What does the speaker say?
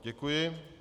Děkuji.